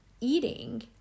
eating